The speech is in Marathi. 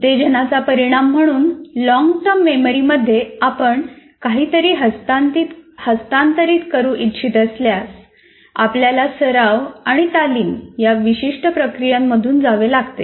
उत्तेजनाचा परिणाम म्हणून लॉंगटर्म मेमरीमध्ये आपण काहीतरी हस्तांतरित करू इच्छित असल्यास आपल्याला सराव आणि तालीम या विशिष्ट प्रक्रियांमधून जावे लागते